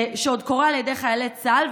שעוד קורה על ידי חיילי צה"ל?